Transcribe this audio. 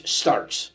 starts